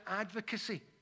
advocacy